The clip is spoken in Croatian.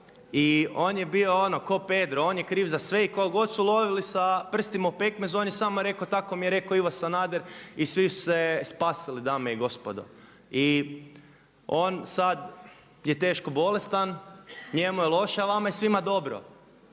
i on je bio ono kao Pedro, on je kriv za sve i koga god su ulovili sa prstima u pekmezu on je samo rekao tako mi je rekao Ivo Sanader i svi su se spasili dame i gospodo. I on sad je teško bolestan, njemu je loše a vama svima je dobro.